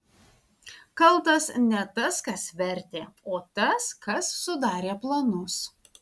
kaltas ne tas kas vertė o tas kas sudarė planus